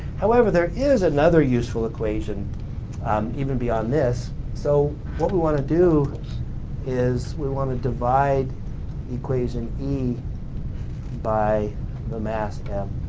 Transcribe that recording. however, there is another useful equation even beyond this, so what we want to do is we want to divide equation e by the mass m.